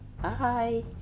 bye